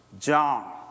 John